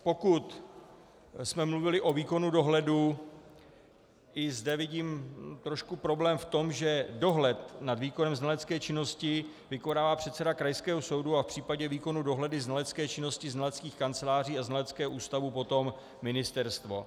Pokud jsme mluvili o výkonu dohledu, i zde vidím trošku problém v tom, že dohled nad výkonem znalecké činnosti vykonává předseda krajského soudu a v případě výkonu dohledu znalecké činnosti, znaleckých kanceláří a znaleckého ústavu potom ministerstvo.